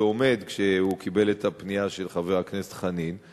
עומד כשהוא קיבל את הפנייה של חבר הכנסת חנין.